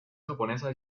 japonesa